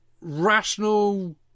rational